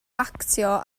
actio